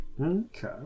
Okay